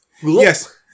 Yes